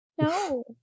No